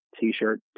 t-shirt